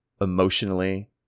emotionally